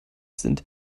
sind